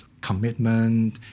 commitment